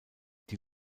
die